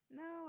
no